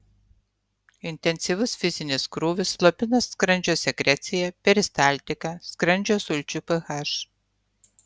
intensyvus fizinis krūvis slopina skrandžio sekreciją peristaltiką skrandžio sulčių ph